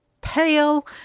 pale